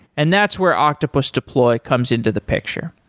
and that's where octopus deploy comes into the picture.